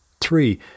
Three